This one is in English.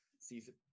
season